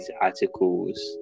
articles